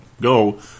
go